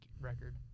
record